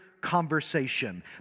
conversation